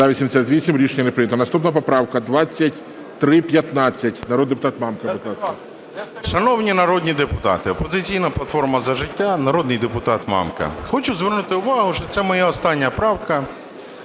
Наступна поправка 2315. Народний депутат Мамка,